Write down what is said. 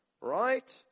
right